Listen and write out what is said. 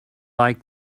like